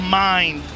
mind